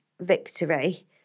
victory